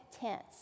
tense